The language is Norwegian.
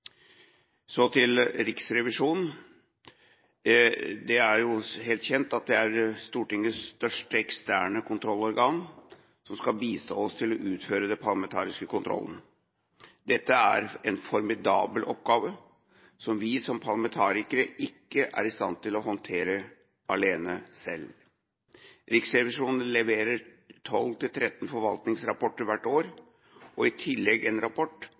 Så til Riksrevisjonen. Det er vel kjent at det er Stortingets største eksterne kontrollorgan, som skal bistå oss i å utføre den parlamentariske kontrollen. Dette er en formidabel oppgave, som vi som parlamentarikere ikke er i stand til å håndtere alene. Riksrevisjonen leverer 12–13 forvaltningsrevisjonsrapporter hvert år, og i tillegg en rapport